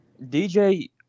DJ